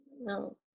no